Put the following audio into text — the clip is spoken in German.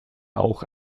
auch